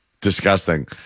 Disgusting